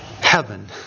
heaven